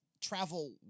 travel